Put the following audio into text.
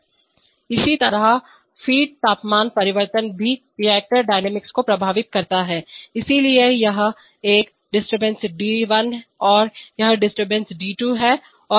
और इसी तरह फ़ीड तापमान परिवर्तन भी रिएक्टर डायनेमिक को प्रभावित करता है इसलिए यह एक डिस्टर्बेंस डी 1 है और यह डिस्टर्बेंस डी 2 है